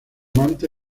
manta